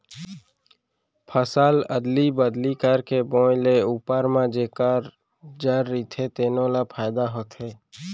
फसल अदली बदली करके बोए ले उप्पर म जेखर जर रहिथे तेनो ल फायदा होथे